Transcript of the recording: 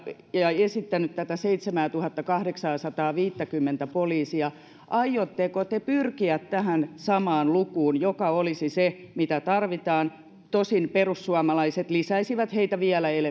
ja ja esittänyt tätä seitsemäätuhattakahdeksaasataaviittäkymmentä poliisia aiotteko te pyrkiä tähän samaan lukuun joka olisi se mitä tarvitaan tosin perussuomalaiset lisäisivät heitä vielä